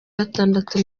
gatandatu